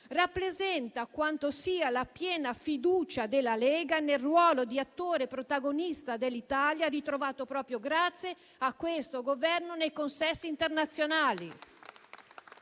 rappresenta quanto sia piena la fiducia della Lega nel ruolo di attore protagonista dell'Italia, ritrovato proprio grazie a questo Governo nei consessi internazionali.